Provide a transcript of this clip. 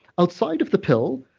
outside of the pill,